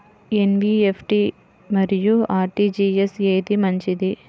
NEFT మరియు RTGS ఏది మంచిది?